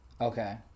Okay